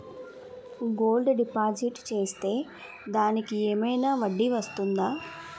Gold deposit చేస్తే దానికి ఏమైనా వడ్డీ వస్తుందా?